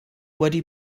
wedi